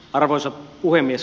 arvoisa puhemies